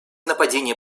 нападения